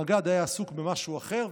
המג"ד היה עסוק במשהו אחר,